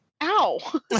ow